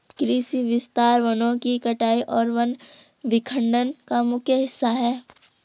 कृषि विस्तार वनों की कटाई और वन विखंडन का मुख्य हिस्सा है